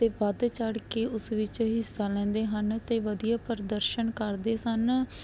ਅਤੇ ਵੱਧ ਚੜ੍ਹ ਕੇ ਉਸ ਵਿੱਚ ਹਿੱਸਾ ਲੈਂਦੇ ਹਨ ਅਤੇ ਵਧੀਆ ਪ੍ਰਦਰਸ਼ਨ ਕਰਦੇ ਸਨ